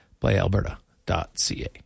PlayAlberta.ca